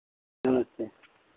नमस्ते